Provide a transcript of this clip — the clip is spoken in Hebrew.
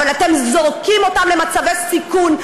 אבל אתם זורקים אותם למצבי סיכון.